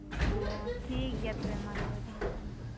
ᱦᱮᱸ ᱴᱷᱤᱠᱜᱮᱭᱟ ᱛᱚᱵᱮ ᱢᱟ ᱛᱚᱵᱮ ᱫᱚᱦᱚ ᱠᱟᱜ ᱢᱮ